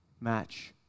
match